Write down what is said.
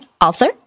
author